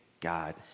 God